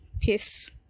Peace